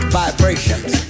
vibrations